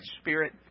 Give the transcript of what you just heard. spirit